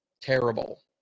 terrible